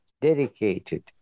dedicated